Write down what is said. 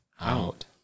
Out